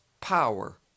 power